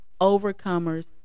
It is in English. overcomers